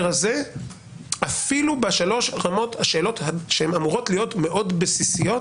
הזה אפילו בשלוש השאלות שהן אמורות להיות מאוד בסיסיות,